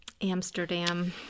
amsterdam